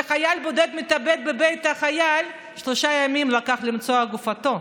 כשחייל בודד התאבד בבית החייל שלושה ימים לקח למצוא את גופתו,